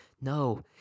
No